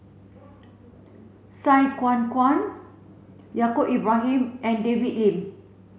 Sai Kuan Kuan Yaacob Ibrahim and David Lim